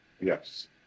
Yes